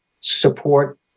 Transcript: support